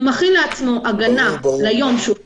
הוא מכין לעצמו הגנה ליום שבו